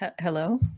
Hello